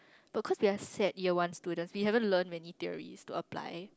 but cause we are sad year one students we haven't learn many theories to apply